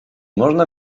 można